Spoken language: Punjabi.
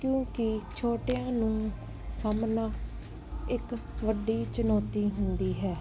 ਕਿਉਂਕਿ ਛੋਟਿਆਂ ਨੂੰ ਸਾਂਭਣਾ ਇੱਕ ਵੱਡੀ ਚੁਣੌਤੀ ਹੁੰਦੀ ਹੈ